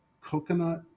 coconut